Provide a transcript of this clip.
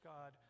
God